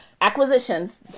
Acquisitions